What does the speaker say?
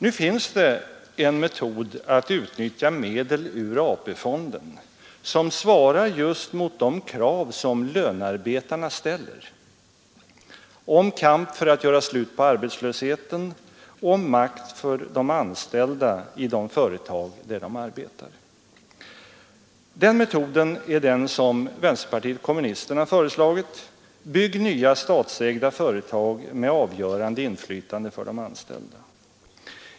Nu finns det en metod att utnyttja medel ur AP-fonden som svarar just mot de krav som lönearbetarna ställer: om kamp för att göra slut på arbetslösheten och om makt för de anställda i de företag där de arbetar. Den metoden är den som vänsterpartiet kommunisterna föreslagit: Bygg nya statsägda företag, med avgörande inflytande för de anställda!